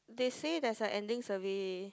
they say there's a ending survey